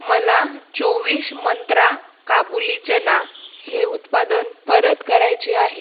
मला चोवीस मंत्रा काबुली चना हे उत्पादन परत करायचे आहे